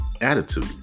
attitude